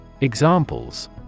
examples